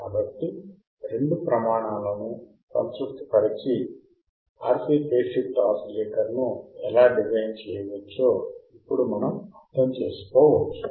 కాబట్టి రెండు ప్రమాణాలను సంతృప్తిపరచి RC ఫేజ్ షిఫ్ట్ ఓసిలేటర్ను ఎలా డిజైన్ చేయవచ్చో ఇప్పుడు మనం అర్థం చేసుకోవచ్చు